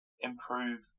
improve